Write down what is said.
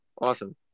Awesome